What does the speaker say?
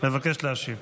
מבקש להשיב.